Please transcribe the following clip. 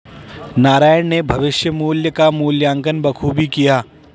नारायण ने भविष्य मुल्य का मूल्यांकन बखूबी किया